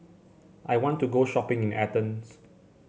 I want to go shopping in Athens